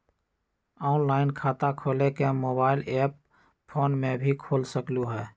Online खाता खोले के मोबाइल ऐप फोन में भी खोल सकलहु ह?